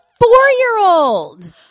four-year-old